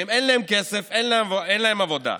שאין להם כסף, אין להם עבודה.